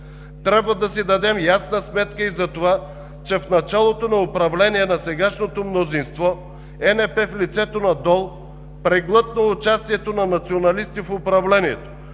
Трябва да си дадем ясна сметка и за това, че в началото на управление на сегашното мнозинство Европейската народна партия в лицето на Дол преглътна участието на националисти в управлението,